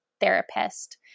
therapist